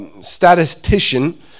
statistician